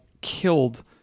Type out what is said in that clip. killed